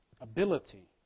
ability